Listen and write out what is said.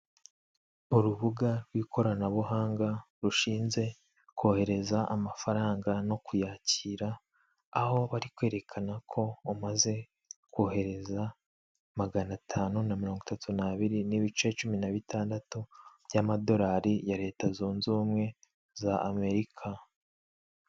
Urubuga rw' ikoranabuhanga rushinzwe kohereza amafaranga no kuyakira, aho bari kwerekana ko umaze kohereza maganatanu na mirongo itatu n'abiri n'ibice cumi na bitandatu by'amadolari ya Leta zunze ubumwe za Amerika.